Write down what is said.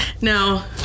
Now